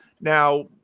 Now